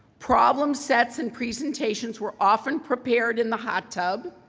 problem sets and presentations, were often prepared in the hot tub.